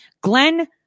Glenn